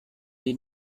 did